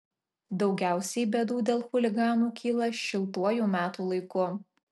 daugiausiai bėdų dėl chuliganų kyla šiltuoju metų laiku